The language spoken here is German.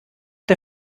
der